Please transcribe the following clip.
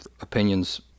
opinions